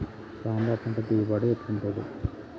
సాంబ పంట దిగుబడి ఎట్లుంటది?